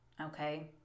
Okay